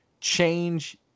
change